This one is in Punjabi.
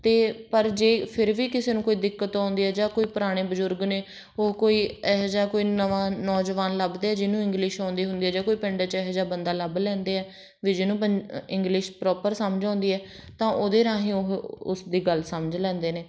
ਅਤੇ ਪਰ ਜੇ ਫਿਰ ਵੀ ਕਿਸੇ ਨੂੰ ਕੋਈ ਦਿੱਕਤ ਆਉਂਦੀ ਹੈ ਜਾਂ ਕੋਈ ਪੁਰਾਣੇ ਬਜ਼ੁਰਗ ਨੇ ਉਹ ਕੋਈ ਇਹੋ ਜਿਹਾ ਕੋਈ ਨਵਾਂ ਨੌਜਵਾਨ ਲੱਭਦੇ ਜਿਹਨੂੰ ਇੰਗਲਿਸ਼ ਆਉਂਦੀ ਹੁੰਦੀ ਜਾਂ ਕੋਈ ਪਿੰਡ 'ਚ ਇਹੋ ਜਿਹਾ ਬੰਦਾ ਲੱਭ ਲੈਂਦੇ ਹੈ ਵੀ ਜਿਹਨੂੰ ਪੰ ਇੰਗਲਿਸ਼ ਪ੍ਰੋਪਰ ਸਮਝ ਆਉਂਦੀ ਹੈ ਤਾਂ ਉਹਦੇ ਰਾਹੀਂ ਉਹ ਉਸ ਦੀ ਗੱਲ ਸਮਝ ਲੈਂਦੇ ਨੇ